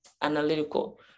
analytical